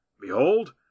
Behold